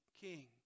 King